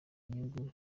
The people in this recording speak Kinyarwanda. inyungu